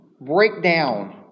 breakdown